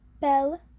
Bell